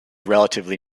relatively